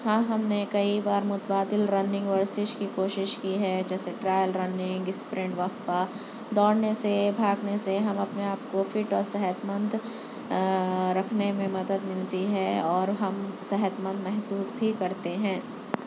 ہاں ہم نے کئی بار متبادل رننگ ورزش کی کوشش کی ہے جیس ٹرائل رننگ اسپرنٹ وقفہ دوڑنے سے بھاگنے سے ہم اپنے آپ کو فٹ اور صحت مند رکھنے میں مدد ملتی ہے اور ہم صحت مند محسوس بھی کرتے ہیں